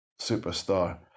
superstar